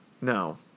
No